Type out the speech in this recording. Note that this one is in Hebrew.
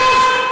אתה חצוף.